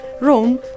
Rome